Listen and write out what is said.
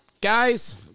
Guys